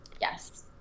yes